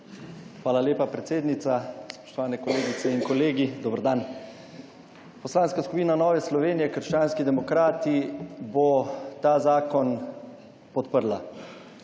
Hvala lepa, predsednica. Spoštovane kolegice in kolegi, dober dan. Poslanska skupina Nove Slovenije – krščanski demokrati bo ta zakon podprla.